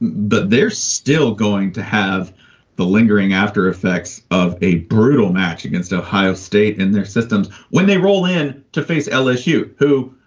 but they're still going to have the lingering after effects of a brutal match against ohio state and their systems when they roll in to face lsu. whoo!